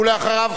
ואחריו,